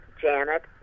Janet